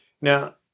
Now